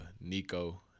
Nico